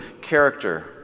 character